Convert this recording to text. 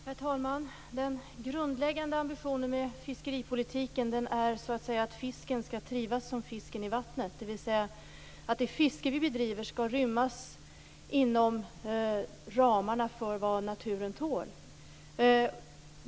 Herr talman! Den grundläggande ambitionen med fiskeripolitiken är så att säga att fisken skall trivas som fisken i vattnet, dvs. att det fiske som bedrivs skall rymmas inom ramarna för vad naturen tål.